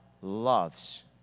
loves